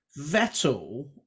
Vettel